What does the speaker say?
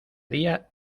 día